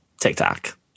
TikTok